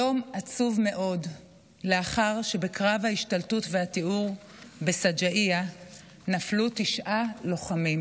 יום עצוב מאוד לאחר שבקרב ההשתלטות והטיהור בשג'אעיה נפלו תשעה לוחמים.